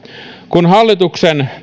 kun hallituksen